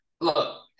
look